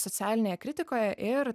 socialinėje kritikoje ir